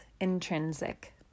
Intrinsic